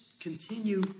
Continue